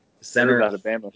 Center